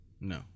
No